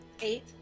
Eight